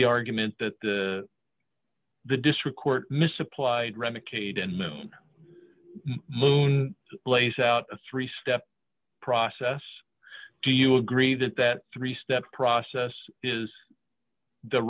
the argument that the district court misapplied remicade and moon moon lays out a three step process do you agree that that three step process is the